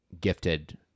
gifted